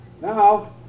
Now